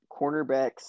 cornerbacks